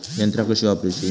यंत्रा कशी वापरूची?